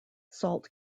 salt